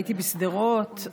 הייתי בשדרות,